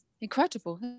incredible